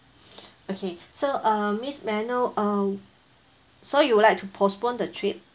okay so uh miss may I know uh so you would like to postpone the trip